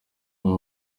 abo